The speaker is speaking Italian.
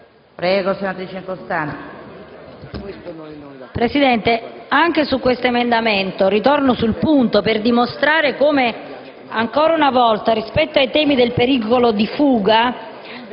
Presidente, anche con l'emendamento 3.34 ritorno sul punto per dimostrare come, ancora una volta, rispetto ai temi del pericolo di fuga